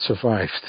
survived